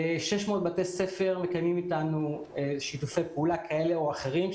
600 בתי ספר מקיימים איתנו שיתופי פעולה כאלה או אחרים,